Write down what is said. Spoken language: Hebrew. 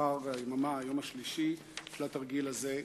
ומחר היום השלישי של התרגיל הזה.